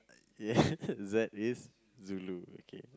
Z is zulu okay